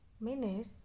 minute